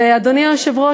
אדוני היושב-ראש,